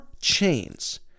chains